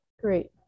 Great